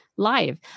live